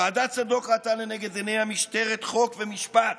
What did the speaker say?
ועדת צדוק ראתה לנגד עיניה משטרת חוק ומשפט,